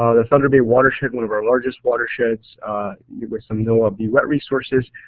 ah the thunder bay watershed one of our largest watersheds with some noaa bwet resources,